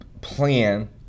plan